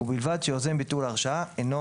ובלבד שיוזם ביטול ההרשאה אינו